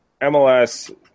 MLS